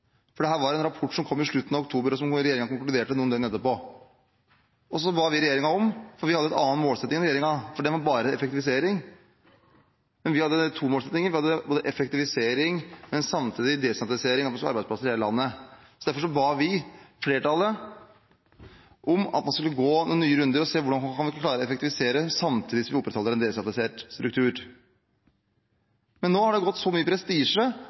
for dette var en rapport som kom i slutten av oktober, og som regjeringen konkluderte noe om etterpå. Vi hadde en annen målsetting enn regjeringen. Den var bare opptatt av effektivisering, men vi hadde to målsettinger. Vi hadde effektivisering, men samtidig desentralisering av offentlige arbeidsplasser i hele landet. Derfor ba vi – flertallet – om at regjeringen skulle gå noen nye runder og se hvordan man kunne klare å effektivisere samtidig som man opprettholder en desentralisert struktur. Men nå har det gått så mye prestisje